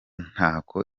ntako